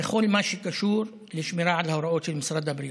בכל מה שקשור לשמירה על ההוראות של משרד הבריאות,